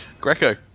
greco